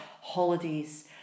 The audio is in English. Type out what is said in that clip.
Holidays